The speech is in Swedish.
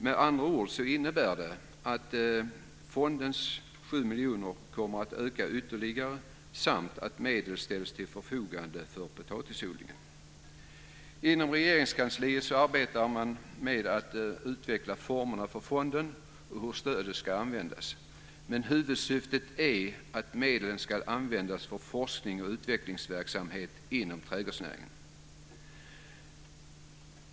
Det innebär med andra ord att fondens sju miljoner kommer att öka ytterligare samt att medel ställs till förfogande för potatisodlingen. Inom Regeringskansliet arbetar man med att utveckla formerna för fonden och hur stödet ska användas. Huvudsyftet är att medlen ska användas för forskning och utvecklingsverksamhet inom trädgårdsnäringen.